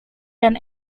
dan